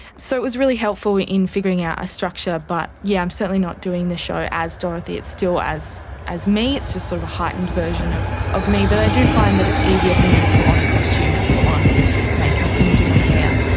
so it was really helpful in figuring out a structure. but yes, yeah i'm certainly not doing the show as dorothy, it's still as as me, it's just sort of a heightened version of of me. but i do find that it's easier for me to put on a costume and put on makeup and do my hair.